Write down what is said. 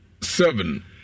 Seven